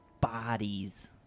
bodies